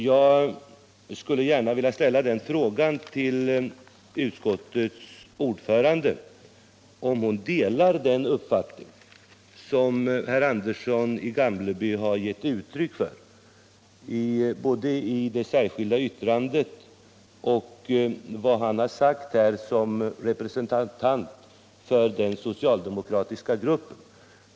Jag skulle gärna vilja fråga utskottets ordförande om hon delar den uppfattning som herr Andersson i Gamleby har gett uttryck för både i sitt särskilda yttrande till betänkandet och i sitt anförande här i kammaren som representant för den socialdemokratiska gruppen.